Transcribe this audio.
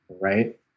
right